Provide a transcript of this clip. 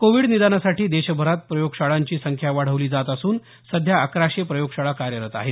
Covid निदानासाठी देशभरात प्रयोगशाळांची संख्या वाढवली जात असून सध्या अकराशे प्रयोगशाळा कार्यरत आहेत